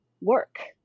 work